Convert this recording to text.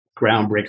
groundbreaker